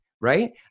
right